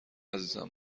عزیزم